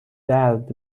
درد